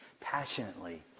passionately